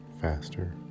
faster